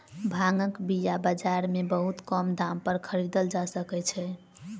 भांगक बीया बाजार में बहुत कम दाम पर खरीदल जा सकै छै